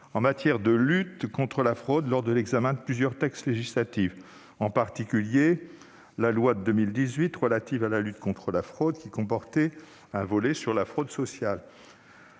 en matière de lutte contre la fraude lors de l'examen de plusieurs textes législatifs. Je pense en particulier à la loi de 2018 relative à la lutte contre la fraude, dont un volet est consacré à la fraude sociale,